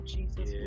Jesus